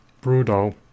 brutal